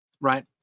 right